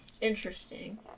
Interesting